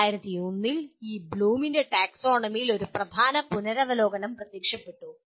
2001 ൽ ഈ ബ്ലൂമിന്റെ ടാക്സോണമിയിൽ ഒരു പ്രധാന പുനരവലോകനം പ്രത്യക്ഷപ്പെട്ടു